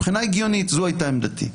מבחינה ההגיונית, זו הייתה עמדתי.